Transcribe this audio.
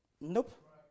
nope